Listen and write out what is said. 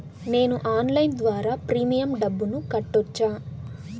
నేను ఆన్లైన్ ద్వారా ప్రీమియం డబ్బును కట్టొచ్చా?